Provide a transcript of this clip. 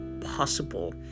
possible